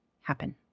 happen